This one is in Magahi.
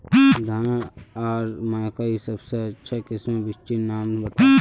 धानेर आर मकई सबसे अच्छा किस्मेर बिच्चिर नाम बता?